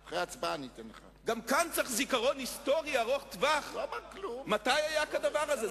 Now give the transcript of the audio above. גם כאן צריך זיכרון היסטורי ארוך-טווח מתי היה כדבר הזה.